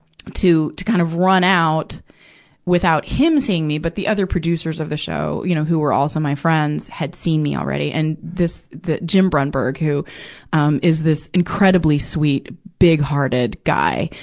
to, to kind of run out without him seeing me. but the other producers of the show, you know, who were also my friends, had seen me already. and this, the, the jim brunberg, who um is this incredibly sweet, big-hearted guy,